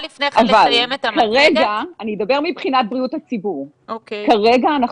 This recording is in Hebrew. מבחינת בריאות הציבור - כרגע,